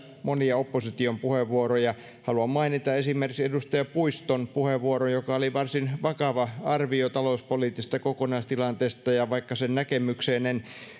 monia opposition puheenvuoroja haluan mainita esimerkiksi edustaja puiston puheenvuoron joka oli varsin vakava arvio talouspoliittisesta kokonaistilanteesta ja vaikka sen näkemykseen en